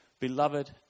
Beloved